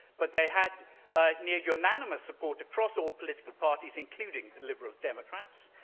but they had near unanimous support across all political parties, including the liberal democrats.